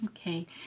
Okay